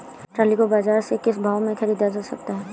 Trolley को बाजार से किस भाव में ख़रीदा जा सकता है?